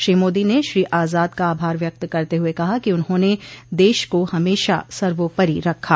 श्री मोदी ने श्री आजाद का आभार व्यक्त करते हुए कहा कि उन्होंने देश को हमेशा सर्वोपरि रखा